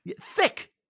Thick